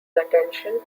attention